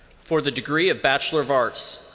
for the degree of bachelor of arts,